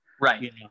right